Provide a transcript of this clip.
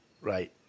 right